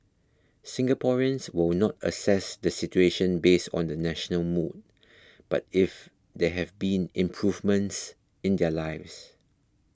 Singaporeans will not assess the situation based on the national mood but if there have been improvements in their lives